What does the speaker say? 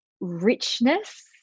richness